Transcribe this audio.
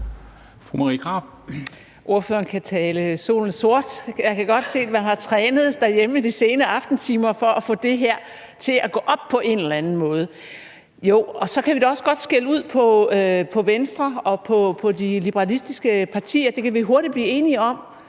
Krarup (DF): Ordføreren kan tale solen sort. Jeg kan godt se, at man har trænet derhjemme i de sene aftentimer for at få det her til at gå op på en eller anden måde. Og jo, så kan vi da også godt skælde ud på Venstre og på de liberalistiske partier – det kan vi hurtigt blive enige om,